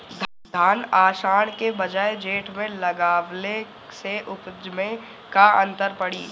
धान आषाढ़ के बजाय जेठ में लगावले से उपज में का अन्तर पड़ी?